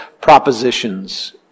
propositions